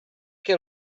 che